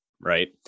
right